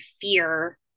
fear